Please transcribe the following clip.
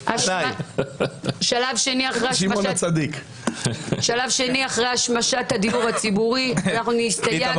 בשלב השני אחרי השמשת הדיור הציבורי, אנחנו נשתמש